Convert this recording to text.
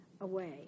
away